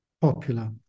popular